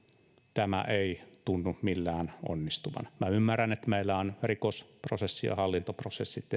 tämä ei tunnu millään onnistuvan minä ymmärrän että meillä on rikosprosessit ja hallintoprosessit